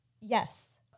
Yes